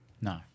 No